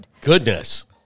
goodness